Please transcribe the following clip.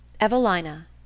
Evelina